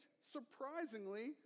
surprisingly